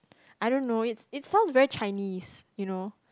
I don't know it's it sounds very Chinese you know